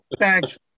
thanks